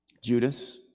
Judas